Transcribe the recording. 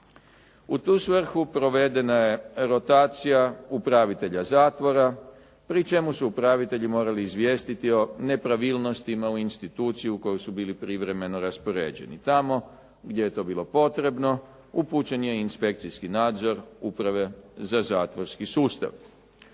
U tu svrhu provedena je rotacija upravitelja zatvora pri čemu su upravitelji morali izvijestiti od nepravilnostima u instituciju u koju su bili privremeno raspoređeni. Tamo gdje je to bilo potrebno, upućen je i inspekcijski nadzor uprave za zatvorski sustav.